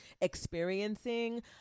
experiencing